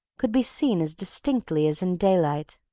could be seen as distinctly as in daylight.